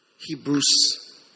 Hebrews